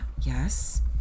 Yes